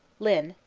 lynn,